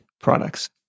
products